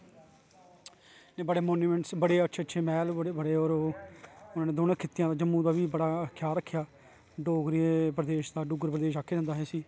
बडे़ मानोमेंन्टस बडे़ अच्छे अच्छे महल बडे़ उनें दौनें खित्तें दे जम्मू दा बी बडा ख्याल रक्खेआ डोगरे प्रदेश दा डुग्गर प्रदेश आक्खेआ जंदा हा इसी